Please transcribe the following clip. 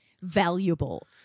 Valuable